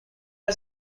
are